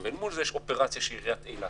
מול זה יש אופרציה של עיריית אילת,